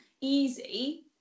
easy